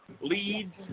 leads